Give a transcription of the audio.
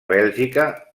bèlgica